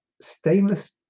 Stainless